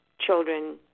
children